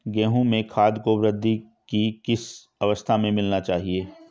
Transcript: गेहूँ में खाद को वृद्धि की किस अवस्था में मिलाना चाहिए?